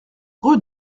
rue